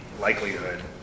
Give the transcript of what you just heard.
likelihood